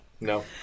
No